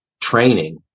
training